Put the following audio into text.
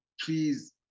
please